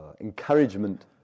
encouragement